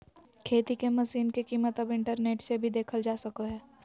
खेती के मशीन के कीमत अब इंटरनेट से भी देखल जा सको हय